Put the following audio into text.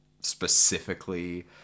specifically